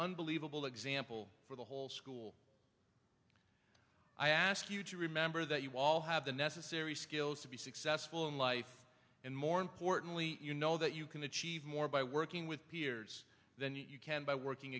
unbelievable example for the whole school i ask you to remember that you all have the necessary skills to be successful in life and more importantly you know that you can achieve more by working with peers than you can by working